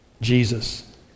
Jesus